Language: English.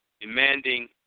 demanding